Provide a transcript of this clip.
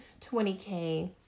20K